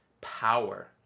power